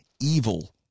evil